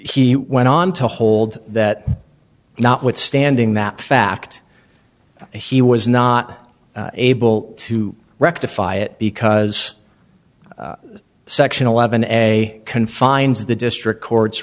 he went on to hold that notwithstanding that fact he was not able to rectify it because section eleven a confines of the district court